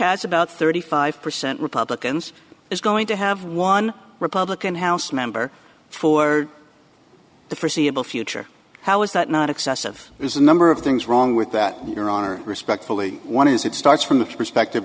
has about thirty five percent republicans is going to have one republican house member for the forseeable future how is that not excessive there's a number of things wrong with that your honor respectfully one is it starts from the perspective